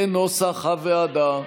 כנוסח הוועדה.